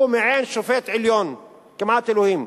הוא מעין שופט עליון, כמעט אלוהים.